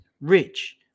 Rich